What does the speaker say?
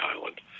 island